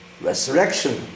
resurrection